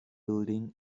building